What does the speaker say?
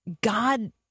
God